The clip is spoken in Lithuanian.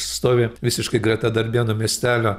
stovi visiškai greta darbėnų miestelio